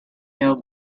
your